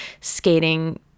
skating